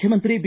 ಮುಖ್ಯಮಂತ್ರಿ ಬಿ